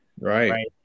Right